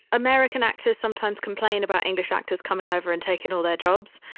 american actors sometimes complain about english actors coming over and taking all their jobs.